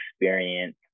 experience